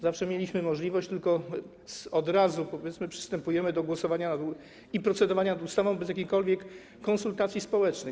Zawsze mieliśmy możliwość, tylko od razu, powiedzmy, przystępujemy do głosowania i procedowania nad ustawą, bez jakichkolwiek konsultacji społecznych.